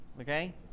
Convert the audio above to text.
Okay